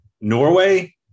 Norway